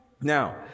Now